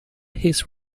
his